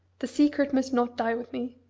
the secret must not die with me.